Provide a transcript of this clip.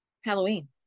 Halloween